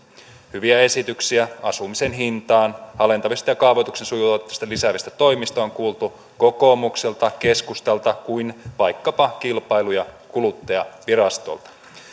hyviä esityksiä asumisen hintaa alentavista ja kaavoituksen sujuvoittamista lisäävistä toimista on kuultu niin kokoomukselta keskustalta kuin vaikkapa kilpailu ja kuluttajavirastolta